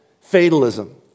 fatalism